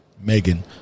Megan